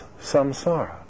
samsara